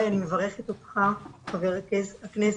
אנחנו מבססים את אורח החיים של בית הספר על זכויות ילדים,